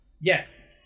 Yes